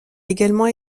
également